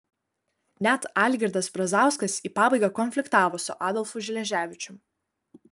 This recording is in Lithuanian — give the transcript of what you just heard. net algirdas brazauskas į pabaigą konfliktavo su adolfu šleževičiumi